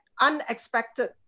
unexpected